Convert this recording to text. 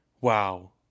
Wow